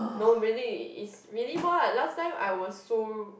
nobody is really what last time I was so